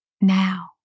Now